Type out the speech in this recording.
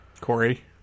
Corey